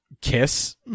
kiss